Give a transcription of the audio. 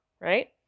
Right